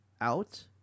out